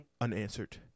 Unanswered